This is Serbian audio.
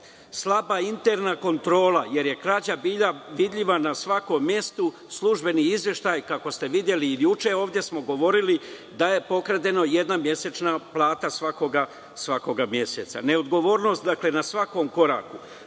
Slaba je interna kontrola, jer je krađa bila vidljiva na svakom mestu. Službeni izveštaj, kako ste videli i juče, ovde smo govorili da je pokradena jedna mesečna plata svakog meseca. Neodgovornost na svakom koraku.